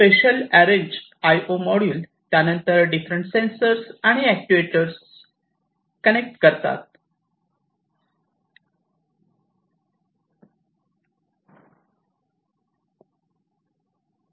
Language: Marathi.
स्पेशल अरेंज IO मॉड्यूल त्यानंतर डिफरंट सेंसर आणि अक्टूएटर्स कनेक्ट करतात